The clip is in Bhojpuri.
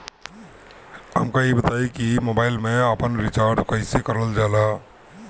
हमका ई बताई कि मोबाईल में आपन रिचार्ज कईसे करल जाला?